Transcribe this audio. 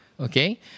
Okay